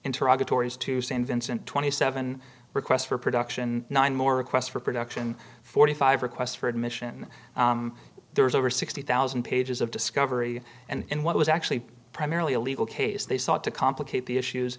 interrupted tories to st vincent twenty seven requests for production nine more requests for production forty five requests for admission there's over sixty thousand pages of discovery and in what was actually primarily a legal case they sought to complicate the issues